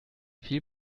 viel